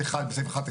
מה זה אומר?